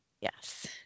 Yes